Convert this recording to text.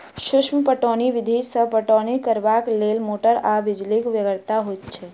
सूक्ष्म पटौनी विधि सॅ पटौनी करबाक लेल मोटर आ बिजलीक बेगरता होइत छै